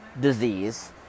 disease